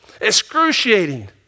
Excruciating